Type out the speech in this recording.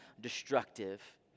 destructive